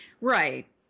Right